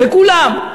בכולם.